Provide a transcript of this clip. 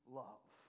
love